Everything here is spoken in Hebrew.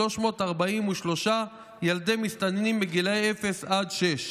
3,343 ילדי מסתננים בגילאי אפס עד שש.